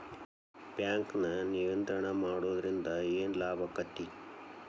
ಬ್ಯಾಂಕನ್ನ ನಿಯಂತ್ರಣ ಮಾಡೊದ್ರಿಂದ್ ಏನ್ ಲಾಭಾಕ್ಕತಿ?